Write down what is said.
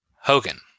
Hogan